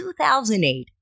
2008